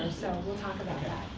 so we'll talk about that.